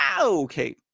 Okay